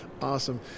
awesome